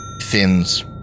thins